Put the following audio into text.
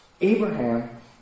Abraham